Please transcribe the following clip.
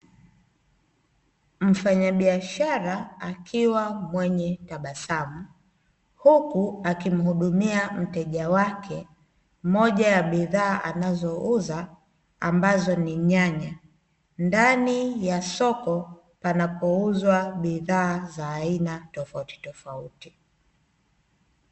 Mfanyabiashara akiwa mwenye tabasamu, huku akimuhudumia mteja wake, moja ya bidhaa anazouza ambazo ni nyanya, ndani ya soko panapouzwa bidhaa tofautitofauti.